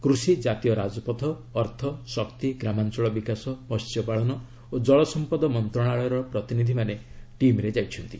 କୃଷି ଜାତୀୟ ରାଜପଥ ଅର୍ଥ ଶକ୍ତି ଗ୍ରାମାଞ୍ଚଳ ବିକାଶ ମସ୍ୟପାଳନ ଓ କଳସମ୍ପଦ ମନ୍ତ୍ରଣାଳୟର ପ୍ରତିନିଧିମାନେ ଟିମ୍ରେ ଯାଇଛନ୍ତି